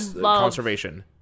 conservation